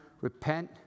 repent